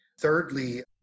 Thirdly